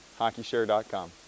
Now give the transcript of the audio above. HockeyShare.com